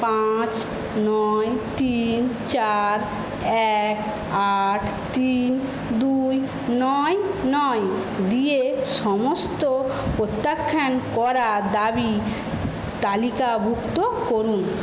পাঁচ নয় তিন চার এক আট তিন দুই নয় নয় দিয়ে সমস্ত প্রত্যাখ্যান করা দাবি তালিকাভুক্ত করুন